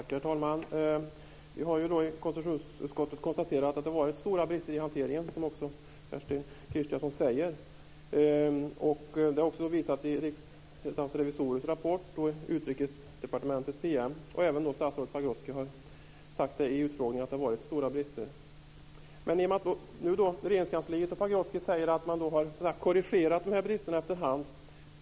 Herr talman! Vi har i konstitutionsutskottet konstaterat att det har varit stora brister i hanteringen. Det säger också Kerstin Kristiansson. Det har också visats i Riksdagens revisorers rapport och Utrikesdepartementets PM. Även statsrådet Pagrotsky har sagt i utfrågningen att det har varit stora brister. Nu säger Regeringskansliet och Pagrotsky att man har korrigerat bristerna efter hand.